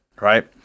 right